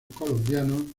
colombianos